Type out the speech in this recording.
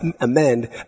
amend